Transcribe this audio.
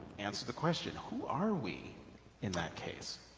answer the question, who are we in that case?